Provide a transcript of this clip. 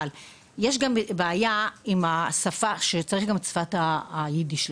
יש גם יש גם בעיה עם השפה שצריך גם את שפת האידיש.